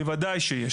בוודאי שיש.